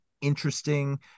interesting